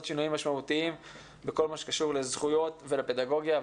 שינויים משמעותיים בכל מה שקשור לזכויות ולפדגוגיה,